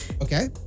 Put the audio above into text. Okay